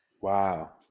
Wow